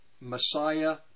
Messiah